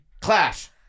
Clash